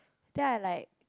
then I like